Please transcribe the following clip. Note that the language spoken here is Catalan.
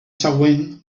següent